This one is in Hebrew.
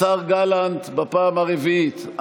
בפעם הרביעית.